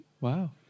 Wow